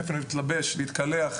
אין איפה להתלבש ולהתקלח,